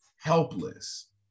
helpless